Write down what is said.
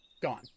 Gone